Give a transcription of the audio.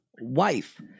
wife